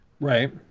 Right